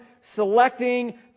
selecting